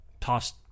tossed